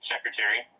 secretary